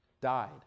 died